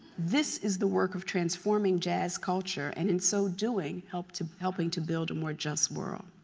this is the work of transforming jazz culture, and in so doing, help to helping to build a more just world.